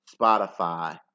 Spotify